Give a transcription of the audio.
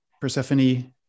Persephone